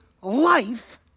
life